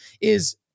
is-